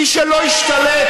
מי שלא השתלט,